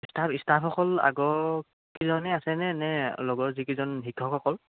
staff ষ্টাফসকল আগৰকেইজনে আছেনে নে লগৰ যিকেইজন শিক্ষকসকল